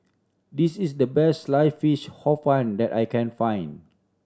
this is the best Sliced Fish Hor Fun that I can find